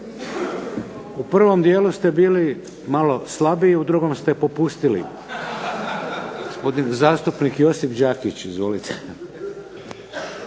U prvom dijelu ste bili malo slabiji u drugom ste popustili. Gospodin zastupnik Josip Đakić. Izvolite.